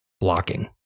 blocking